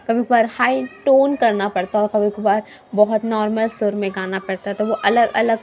کبھی کبھار high tone کرنا پڑتا اور کبھی کبھار بہت نارمل سُر میں گانا پڑتا ہے تو وہ الگ الگ